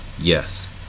yes